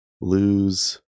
lose